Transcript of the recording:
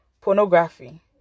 pornography